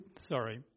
Sorry